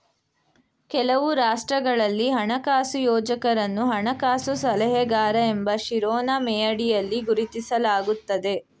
ಕೆಲವು ರಾಷ್ಟ್ರಗಳಲ್ಲಿ ಹಣಕಾಸು ಯೋಜಕರನ್ನು ಹಣಕಾಸು ಸಲಹೆಗಾರ ಎಂಬ ಶಿರೋನಾಮೆಯಡಿಯಲ್ಲಿ ಗುರುತಿಸಲಾಗುತ್ತದೆ